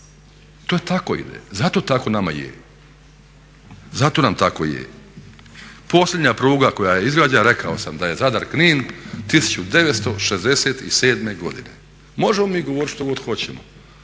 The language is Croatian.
To tako ide, zato tako nama je. Zato nam tako je. Posljednja pruga koja je izgrađena rekao sam da je Zadar-Knin 1967. godine. Možemo mi govorit što god hoćemo,